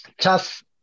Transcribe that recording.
tough